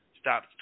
Stop